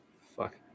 fuck